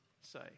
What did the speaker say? say